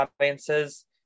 audiences